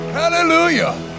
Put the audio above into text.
hallelujah